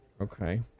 Okay